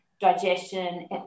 digestion